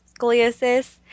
scoliosis